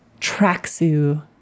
Traxu